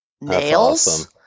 nails